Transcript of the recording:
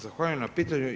Zahvaljujem na pitanju.